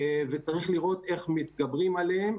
וצריך לראות איך מתגברים עליהם.